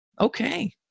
Okay